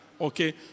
okay